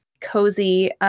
cozy